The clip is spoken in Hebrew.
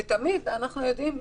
ותמיד אנחנו יודעים,